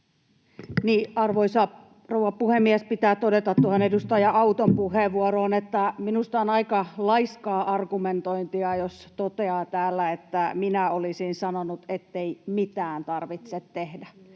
Arvoisa rouva puhemies! Pitää todeta tuohon edustaja Auton puheenvuoroon, että minusta on aika laiskaa argumentointia, jos toteaa täällä, että minä olisin sanonut, ettei mitään tarvitse tehdä.